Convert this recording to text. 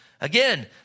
Again